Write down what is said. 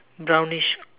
brownish